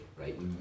right